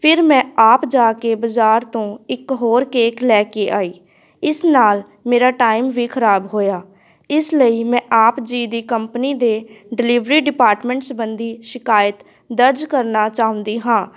ਫਿਰ ਮੈਂ ਆਪ ਜਾ ਕੇ ਬਜ਼ਾਰ ਤੋਂ ਇੱਕ ਹੋਰ ਕੇਕ ਲੈ ਕੇ ਆਈ ਇਸ ਨਾਲ ਮੇਰਾ ਟਾਈਮ ਵੀ ਖਰਾਬ ਹੋਇਆ ਇਸ ਲਈ ਮੈਂ ਆਪ ਜੀ ਦੀ ਕੰਪਨੀ ਦੇ ਡਿਲੀਵਰੀ ਡਿਪਾਟਮੈਂਟ ਸੰਬੰਧੀ ਸ਼ਿਕਾਇਤ ਦਰਜ ਕਰਨਾ ਚਾਹੁੰਦੀ ਹਾਂ